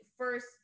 First